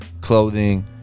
Clothing